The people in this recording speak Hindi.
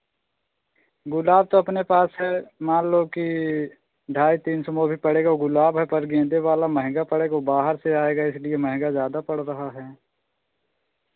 गुलाब तो अपने पास है मान लो कि ढाई तीन सौ में वो भी पड़ेगा गुलाब है पर गेंदे वाला महंगा पड़ेगा वो बाहर से आएगा इसलिए महंगा ज़्यादा पड़ रहा है